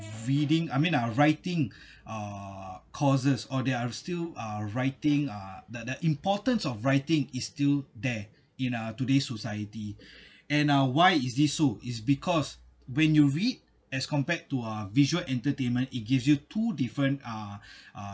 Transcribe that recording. reading I mean uh writing uh causes or there are still are writing uh the the importance of writing is still there in uh today's society and (uh)why is this so is because when you read as compared to a visual entertainment it gives you two different ah ah